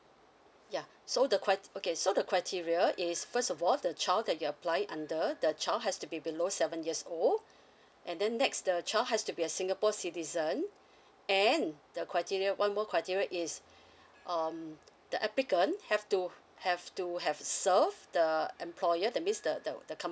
yeah so the crite~ okay so the criteria is first of all the child that you're apply under the child has to be below seven years old and then next the child has to be a singapore citizen and the criteria one more criteria is um the applicant have to have to have serve the employer that means the the company